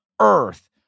earth